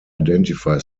identify